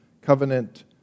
covenant